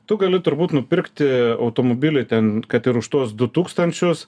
tu gali turbūt nupirkti automobilį ten kad ir už tuos du tūkstančius